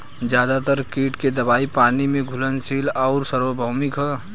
ज्यादातर कीट के दवाई पानी में घुलनशील आउर सार्वभौमिक ह?